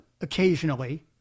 occasionally